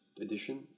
edition